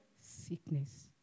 sickness